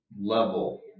level